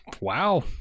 Wow